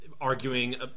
arguing